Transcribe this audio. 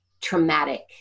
traumatic